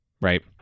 right